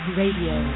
radio